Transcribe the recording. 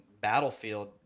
battlefield